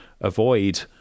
avoid